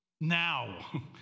now